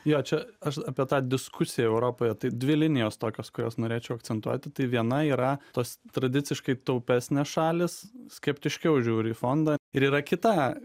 jo čia aš apie tą diskusiją europoje tai dvi linijos tokios kurias norėčiau akcentuoti tai viena yra tos tradiciškai taupesnės šalys skeptiškiau žiūri į fondą ir yra kita